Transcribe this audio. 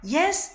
Yes